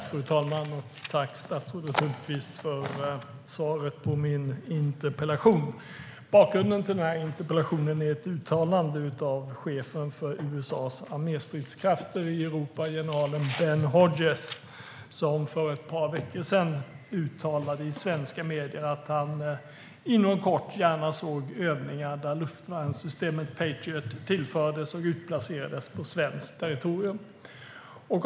Fru talman! Tack, statsrådet Hultqvist, för svaret på min interpellation! Bakgrunden till interpellationen är ett uttalande av chefen för USA:s arméstridskrafter i Europa, general Ben Hodges. För ett par veckor sedan uttalade han i svenska medier att han inom kort gärna skulle se övningar där luftvärnssystemet Patriot tillfördes och utplacerades på svenskt territorium.